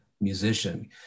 musician